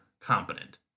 competent